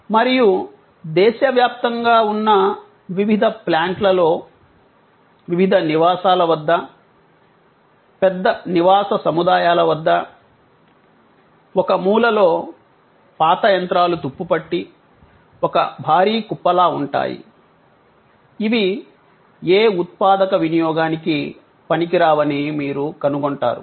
మరియు దేశవ్యాప్తంగా ఉన్న వివిధ ప్లాంట్లలో వివిధ నివాసాల వద్ద పెద్ద నివాస సముదాయాల వద్ద ఒక మూలలో పాత యంత్రాలు తుప్పుపట్టి ఒక భారీ కుప్ప లా ఉంటాయి ఇవి ఏ ఉత్పాదక వినియోగానికి పనికిరావని మీరు కనుగొంటారు